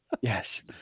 Yes